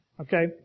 Okay